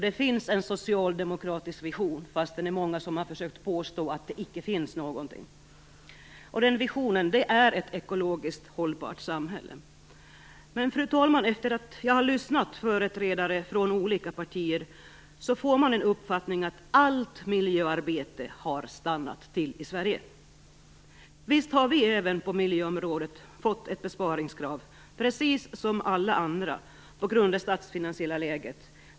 Det finns en socialdemokratisk vision, fastän många har försökt påstå att det inte finns någon. Den visionen är ett ekologiskt hållbart samhälle. Fru talman! När man lyssnar till företrädare från olika partier får man uppfattningen att allt miljöarbete har stannat av i Sverige. Visst har vi även på miljöområdet fått ett besparingskrav precis som alla andra på grund av det statsfinansiella läget.